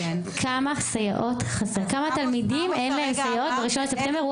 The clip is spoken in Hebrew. לכמה תלמידים אין סייעות ב-1 בספטמבר?